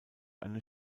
eine